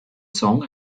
song